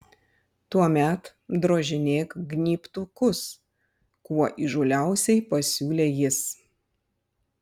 tuomet drožinėk gnybtukus kuo įžūliausiai pasiūlė jis